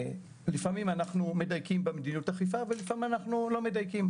לפעמים אנחנו מדייקים במדיניות האכיפה ולפעמים אנחנו לא מדייקים,